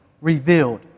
revealed